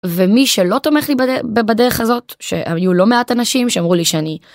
ומי שלא תומך לי בדרך הזאת שהיו לא מעט אנשים שאמרו לי שאני...